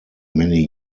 many